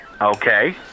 Okay